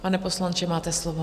Pane poslanče, máte slovo.